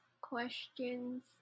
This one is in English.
questions